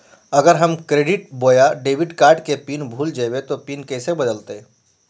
अगर हम क्रेडिट बोया डेबिट कॉर्ड के पिन भूल जइबे तो पिन कैसे बदलते?